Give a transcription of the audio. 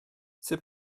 ses